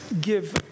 give